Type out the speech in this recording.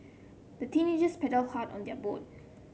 the teenagers paddled hard on their boat